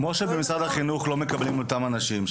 כמו שבמשרד החינוך לא מקבלים את אותם אנשים,